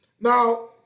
Now